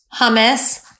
hummus